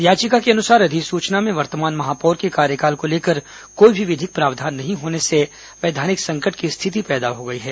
याचिका के अनुसार अधिसूचना में वर्तमान महापौर के कार्यकाल को लेकर कोई भी विधिक प्रावधान नहीं होने से वैधानिक संकट की स्थिति पैदा हो गई है